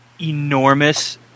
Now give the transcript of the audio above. enormous